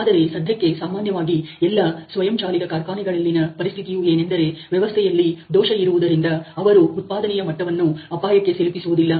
ಆದರೆ ಸದ್ಯಕ್ಕೆ ಸಾಮಾನ್ಯವಾಗಿ ಎಲ್ಲ ಸ್ವಯಂಚಾಲಿತ ಕಾರ್ಖಾನೆಗಳಲ್ಲಿನ ಪರಿಸ್ಥಿತಿಯು ಏನೆಂದರೆ ವ್ಯವಸ್ಥೆಯಲ್ಲಿ ದೋಷ ಇರುವುದರಿಂದ ಅವರು ಉತ್ಪಾದನೆಯ ಮಟ್ಟವನ್ನು ಅಪಾಯಕ್ಕೆ ಸಿಲಿಕಿಸುವುದಿಲ್ಲ